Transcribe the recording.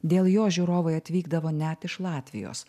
dėl jo žiūrovai atvykdavo net iš latvijos